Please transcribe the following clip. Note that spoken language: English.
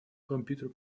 computer